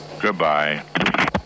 Goodbye